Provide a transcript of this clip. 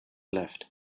left